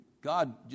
God